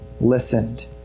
listened